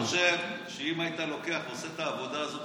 אבל אני חושב שאם היית לוקח ועושה את העבודה הזאת,